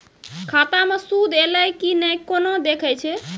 खाता मे सूद एलय की ने कोना देखय छै?